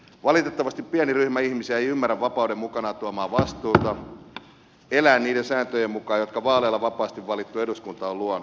valitettavasti pieni ryhmä ihmisiä ei ymmärrä vapauden mukanaan tuomaa vastuuta elää niiden sääntöjen mukaan jotka vaaleilla vapaasti valittu eduskunta on luonut